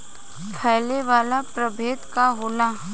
फैले वाला प्रभेद का होला?